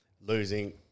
losing